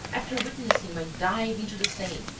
after witnessing my dive into the seine,